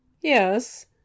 yes